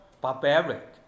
barbaric